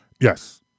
yes